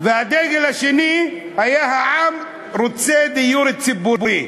והדגל השני היה "העם רוצה דיור ציבורי".